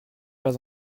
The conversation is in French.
pas